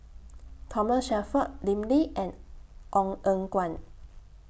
Thomas Shelford Lim Lee and Ong Eng Guan